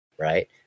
right